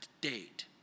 date